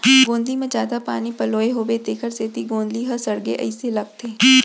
गोंदली म जादा पानी पलोए होबो तेकर सेती गोंदली ह सड़गे अइसे लगथे